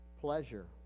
pleasure